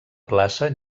plaça